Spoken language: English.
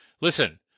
Listen